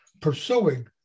pursuing